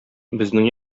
безнең